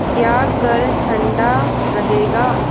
क्या कल ठंडा रहेगा